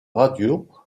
radio